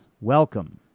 welcome